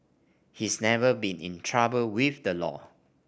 he's never been in trouble with the law